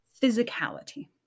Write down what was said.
physicality